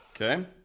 okay